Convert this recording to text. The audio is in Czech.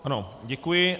Ano, děkuji.